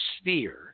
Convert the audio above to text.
sphere